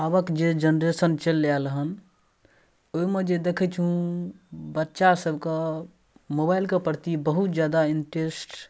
आबके जे जेनरेशन चलि आएल हँ ओहिमे जे देखै छी बच्चासभके मोबाइलके प्रति बहुत जादा इन्टेरेस्ट